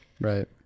Right